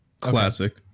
Classic